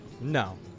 No